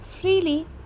freely